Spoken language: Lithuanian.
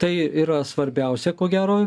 tai yra svarbiausia ko gero